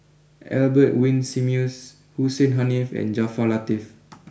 Albert Winsemius Hussein Haniff and Jaafar Latiff